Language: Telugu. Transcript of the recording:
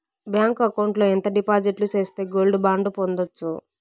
బ్యాంకు అకౌంట్ లో ఎంత డిపాజిట్లు సేస్తే గోల్డ్ బాండు పొందొచ్చు?